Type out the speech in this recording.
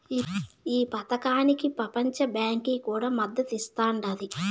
ఈ పదకానికి పెపంచ బాంకీ కూడా మద్దతిస్తాండాది